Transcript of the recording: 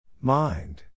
Mind